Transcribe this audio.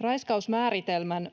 Raiskausmääritelmän